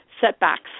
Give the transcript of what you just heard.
setbacks